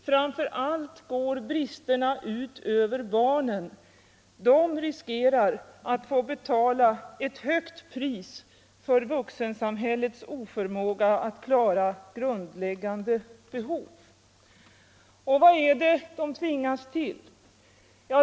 Framför allt går bristerna ut över barnen. De riskerar att få betala ett högt pris för vuxensamhällets oförmåga att klara grundläggande behov.” Vad är det då barnfamiljerna tvingas till?